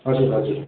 हजुर हजुर